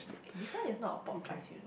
eh this one is not a podcast